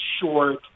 short